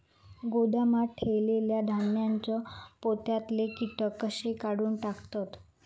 गोदामात ठेयलेल्या धान्यांच्या पोत्यातले कीटक कशे काढून टाकतत?